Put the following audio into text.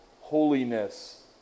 holiness